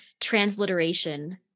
transliteration